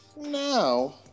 Now